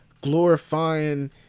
glorifying